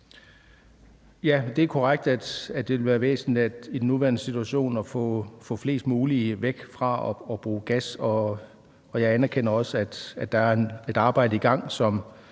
Ja, det er korrekt, at det vil være væsentligt i den nuværende situation at få flest mulige væk fra at bruge gas, og jeg anerkender også, at der er et arbejde i gang, som